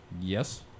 Yes